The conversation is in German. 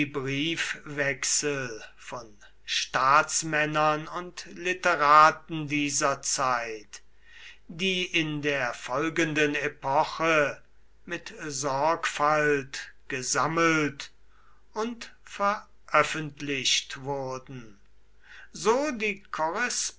briefwechsel von staatsmännern und literaten dieser zeit die in der folgenden epoche mit sorgfalt gesammelt und veröffentlicht wurden so die